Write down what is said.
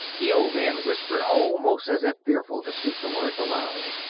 the old man whispered, almost as if fearful to speak the words aloud.